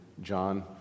John